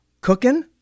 Cooking